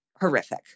Horrific